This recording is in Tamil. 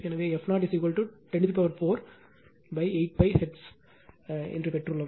எனவே f0 1048π ஹெர்ட்ஸ பெற்றுள்ளோம்